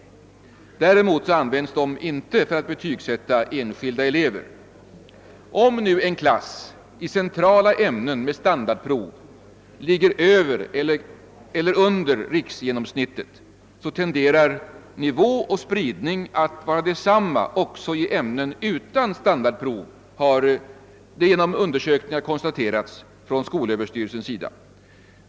Däremot används de inte för att betygsätta enskilda elever. Om nu en klass i centrala ämnen med standardprov ligger över eller under riksgenomsnittet, så tenderar nivå och spridning att vara desamma också i ämnen utan standardprov — detta har genom undersökningar konstaterats från skolöverstyrelsens sida.